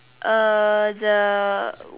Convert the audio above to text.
err the